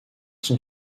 son